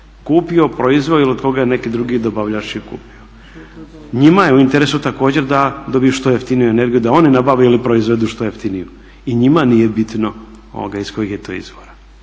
kupio, proizveo ili od koga je neki drugi dobavljač i kupio. Njima je u interesu također da dobiju što jeftiniju energiju, da oni nabave ili proizvedu što jeftiniju. I njima nije bitno iz kojih je to izvora.